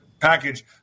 package